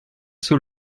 sous